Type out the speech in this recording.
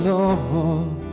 Lord